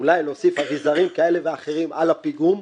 אולי להוסיף אביזרים כאלה ואחרים על הפיגום.